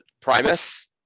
primus